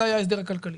זה היה ההסדר הכלכלי.